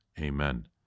Amen